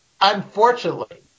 unfortunately